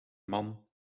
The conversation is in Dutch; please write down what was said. man